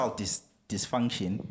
dysfunction